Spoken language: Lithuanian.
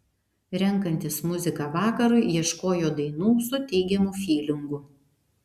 renkantis muziką vakarui ieškojo dainų su teigiamu fylingu